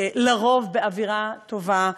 על-פי רוב באווירה טובה,